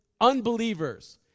unbelievers